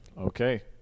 Okay